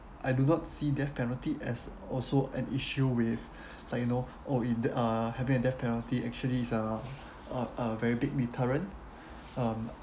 I do not see death penalty as also an issue with like you know oh in the uh having a death penalty actually is uh a a very big deterrent um